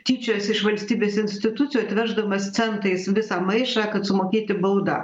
tyčiojos iš valstybės institucijų atveždamas centais visą maišą kad sumokėti baudą